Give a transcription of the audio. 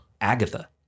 Agatha